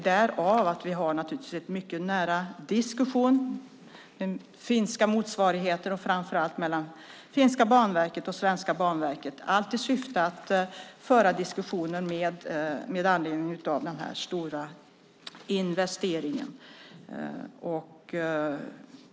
Därför har vi naturligtvis en mycket nära diskussion med finska motsvarigheter och framför allt mellan det finska banverket och det svenska banverket, allt i syfte att föra diskussion med anledning av denna stora investering.